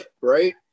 right